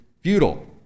futile